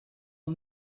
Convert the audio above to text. are